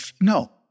No